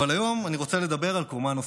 אבל היום אני רוצה לדבר על קומה נוספת.